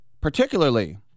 particularly